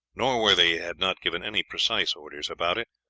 norworthy had not given any precise orders about it,